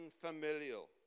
familial